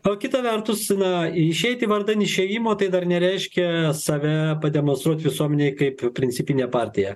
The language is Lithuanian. o kita vertus na išeiti vardan išėjimo tai dar nereiškia save pademonstruot visuomenei kaip principinę partiją